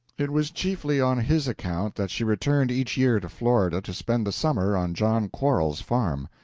it was chiefly on his account that she returned each year to florida to spend the summer on john quarles's farm.